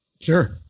Sure